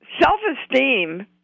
self-esteem